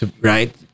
right